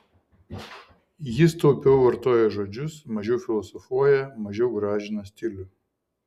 jis taupiau vartoja žodžius mažiau filosofuoja mažiau gražina stilių